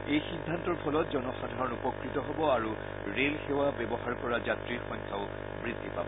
এই সিদ্ধান্তৰ ফলত জনসাধাৰণ উপকৃত হব আৰু ৰেল সেৱা ব্যৱহাৰ কৰা যাত্ৰীৰ সংখ্যাও বৃদ্ধি পাব